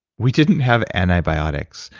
we didn't have antibiotics.